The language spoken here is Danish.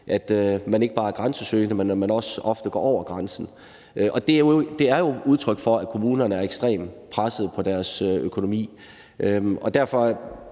at man ikke bare er grænsesøgende, men at man ofte også går over grænsen. Og det er jo et udtryk for, at kommunerne er ekstremt presset på deres økonomi.